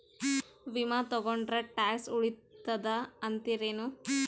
ವಿಮಾ ತೊಗೊಂಡ್ರ ಟ್ಯಾಕ್ಸ ಉಳಿತದ ಅಂತಿರೇನು?